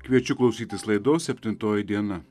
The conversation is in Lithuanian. kviečiu klausytis laidos septintoji diena